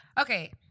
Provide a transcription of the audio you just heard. Okay